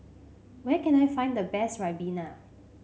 where can I find the best Ribena